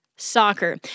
Soccer